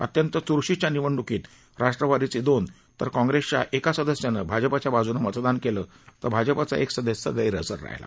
अत्यंत च्रशीच्या निवडण्कीत राष्ट्रवादीचे दोन तर काँग्रेसच्या एका सदस्यानं भाजपाच्या बाजूनं मतदान केलं तर भाजपचा एक सदस्य गैरहजर राहीला